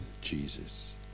Jesus